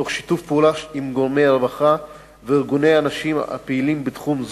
תוך שיתוף פעולה עם גורמי הרווחה וארגוני הנשים הפעילים בתחום,